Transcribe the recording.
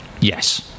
Yes